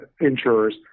insurers